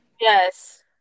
yes